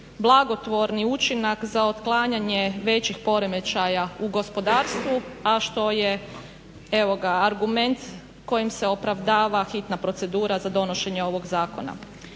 blagotvorni učinak za otklanjanje većih poremećaja u gospodarstvu, a što je evo argument kojim se opravdava hitna procedura za donošenje ovog zakona.